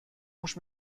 موش